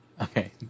Okay